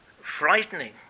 frightening